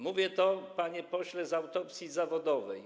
Mówię to, panie pośle, z autopsji zawodowej.